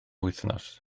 wythnos